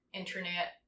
internet